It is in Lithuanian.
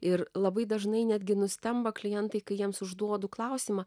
ir labai dažnai netgi nustemba klientai kai jiems užduodu klausimą